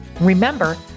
Remember